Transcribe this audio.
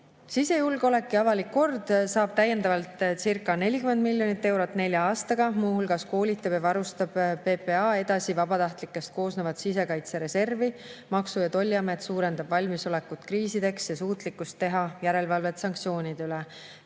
ja avalik kord saavad täiendavaltcirca40 miljonit eurot nelja aastaga. Muu hulgas koolitab ja varustab PPA edasi vabatahtlikest koosnevat sisekaitsereservi. Maksu- ja Tolliamet suurendab valmisolekut kriisideks ja suutlikkust teha järelevalvet sanktsioonide üle.